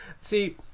See